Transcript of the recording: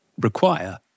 require